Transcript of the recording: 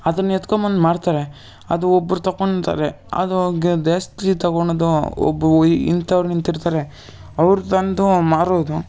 ಅದನ್ನ ಎತ್ಕೊಬಂದು ಮಾರ್ತಾರೆ ಅದು ಒಬ್ಬರು ತಗೊಂಡ್ತಾರೆ ಅದು ಎಷ್ಟು ಜಿ ತಗೊಳ್ಳೋದು ಒಬ್ಬ ಈ ಇಂಥವ್ರು ನಿಂತಿರ್ತಾರೆ ಅವರು ತಂದು ಮಾರೋದು